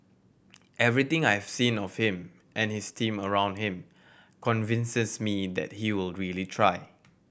everything I've seen of him and his team around him convinces me that he will really try